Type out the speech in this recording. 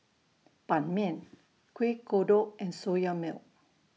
Ban Mian Kueh Kodok and Soya Milk